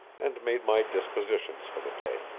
and made my dispositions for the day.